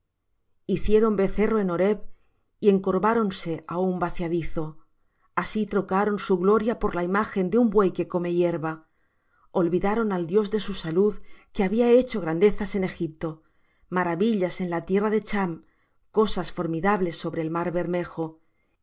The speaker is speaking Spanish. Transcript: hicieron becerro en horeb y encorváronse á un vaciadizo así trocaron su gloria por la imagen de un buey que come hierba olvidaron al dios de su salud que había hecho grandezas en egipto maravillas en la tierra de chm cosas formidables sobre el mar bermejo